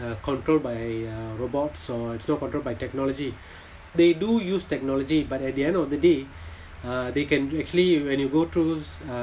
controlled by uh robots or it's not controlled by technology they do use technology but at the end of the day uh they can actually when you go through uh